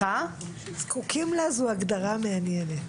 זקוקים לה את הגדרה מעניינת.